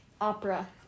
opera